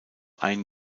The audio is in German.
ein